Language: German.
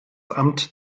amt